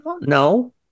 No